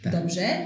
Dobrze